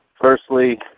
Firstly